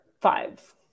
five